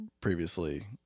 previously